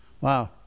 Wow